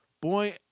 Boy